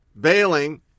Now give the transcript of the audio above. bailing